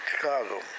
Chicago